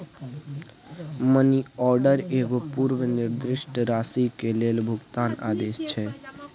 money order एगो पूर्व निर्दिष्ट राशि के लेल भुगतान आदेश छै